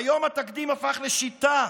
היום התקדים הפך לשיטה.